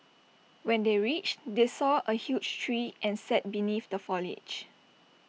when they reached they saw A huge tree and sat beneath the foliage